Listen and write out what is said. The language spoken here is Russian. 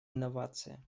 инновация